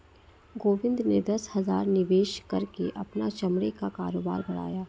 गोविंद ने दस हजार निवेश करके अपना चमड़े का कारोबार बढ़ाया